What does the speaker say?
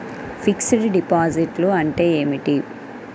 Fixed డిపాజిట్లు అంటే ఏమిటి?